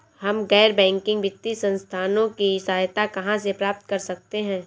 हम गैर बैंकिंग वित्तीय संस्थानों की सहायता कहाँ से प्राप्त कर सकते हैं?